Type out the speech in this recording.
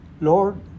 Lord